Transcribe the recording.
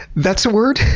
that's a word,